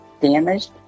damaged